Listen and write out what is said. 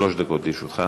שלוש דקות לרשותך.